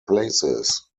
places